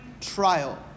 trial